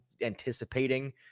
anticipating